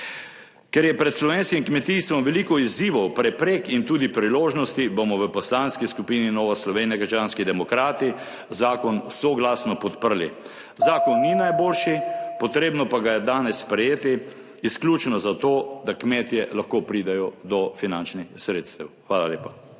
Ker je pred slovenskim kmetijstvom veliko izzivov, preprek in tudi priložnosti, bomo v Poslanski skupini Nova Slovenija - krščanski demokrati zakon soglasno podprli. Zakon ni najboljši. Potrebno pa ga je danes sprejeti izključno zato, da kmetje lahko pridejo do finančnih sredstev. Hvala lepa.